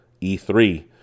E3